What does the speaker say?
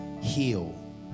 heal